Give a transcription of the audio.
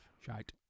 Shite